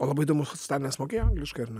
o labai įdomu stalinas mokėjo angliškai ar ne